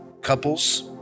couples